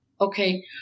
Okay